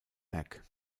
mac